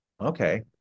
Okay